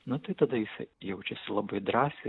nu tai tada jisai jaučiasi labai drąsiai